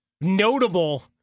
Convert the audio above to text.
notable